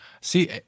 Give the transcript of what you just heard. See